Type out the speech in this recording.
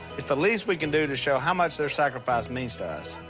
it's the least we can do to show how much their sacrifice means to us.